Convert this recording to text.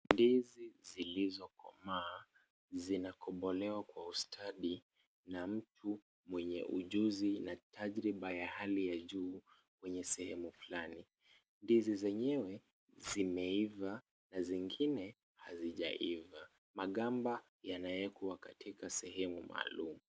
Ndizi zilizokomaa .Zinakopolewa kwa ustadi na mtu mwenye ujuzi na tajiriba ya hali ya juu, kwenye sehemu fulani. Ndizi zenyewe zimeeiva na zingine hazijaiva .Magamba yanaekwa katika sehemu maalum .